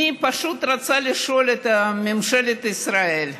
אני פשוט רוצה לשאול את ממשלת ישראל.